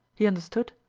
he understood,